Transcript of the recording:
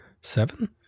seven